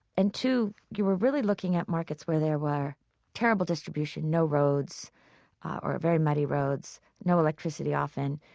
and two, you were really looking at markets where there were terrible distribution, no roads or very muddy roads, no electricity often,